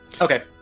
Okay